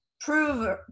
prove